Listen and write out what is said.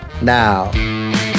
now